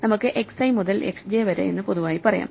നമുക്ക് xi മുതൽ x j വരെ എന്ന് പൊതുവായി പറയാം